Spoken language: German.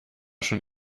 schon